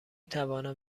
توانم